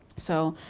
so,